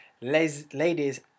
Ladies